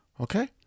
okay